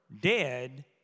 dead